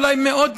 אולי מאות,